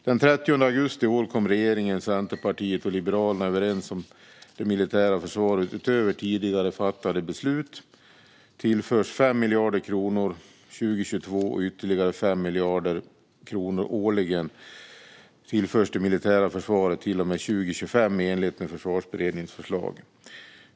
Den 30 augusti i år kom regeringen, Centerpartiet och Liberalerna överens om att det militära försvaret, utöver tidigare fattade beslut, tillförs 5 miljarder kronor 2022 och att ytterligare 5 miljarder kronor årligen tillförs det militära försvaret till och med 2025, i enlighet med Försvarsberedningens förslag.